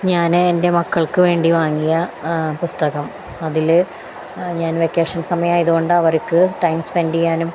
ഞാന് എൻ്റെ മക്കൾക്കു വേണ്ടി വാങ്ങിയ അ പുസ്തകം അതില് ഞാൻ വെക്കേഷൻ സമയം ആയതുകൊണ്ട് അവർക്ക് ടൈം സ്പെൻഡ് ചെയ്യാനും